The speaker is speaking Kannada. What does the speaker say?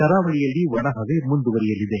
ಕರಾವಳಿಯಲ್ಲಿ ಒಣಹವೆ ಮುಂದುವರಿಯಲಿದೆ